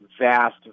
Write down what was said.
vast